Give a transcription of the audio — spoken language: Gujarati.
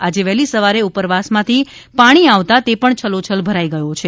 આજે વહેલી સવારે ઉપરવાસમાંથી પાણી આવતા તે પણ છલોછલ ભરાઇ ગયો છે